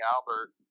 Albert